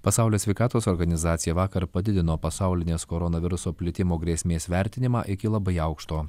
pasaulio sveikatos organizacija vakar padidino pasaulinės koronaviruso plitimo grėsmės vertinimą iki labai aukšto